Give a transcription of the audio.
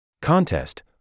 Contest